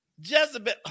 Jezebel